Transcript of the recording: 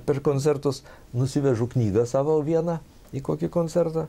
per koncertus nusivežu knygą savo vieną į kokį koncertą